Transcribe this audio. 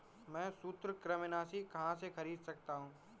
मैं सूत्रकृमिनाशी कहाँ से खरीद सकता हूँ?